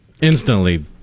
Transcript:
Instantly